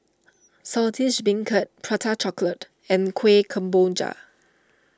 Saltish Beancurd Prata Chocolate and Kuih Kemboja